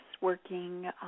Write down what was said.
working